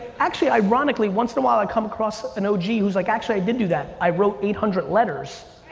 actually, ironically, once in a while, i come across an og who's like, actually, i did do that, i wrote eight hundred letters.